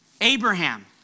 Abraham